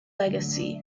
legacy